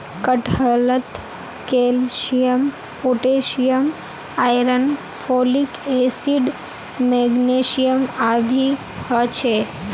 कटहलत calcium potassium iron folic acid magnesium आदि ह छे